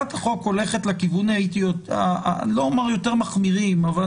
הצעת החוק הולכת לא בהכרח לכיוונים היותר מחמירים אבל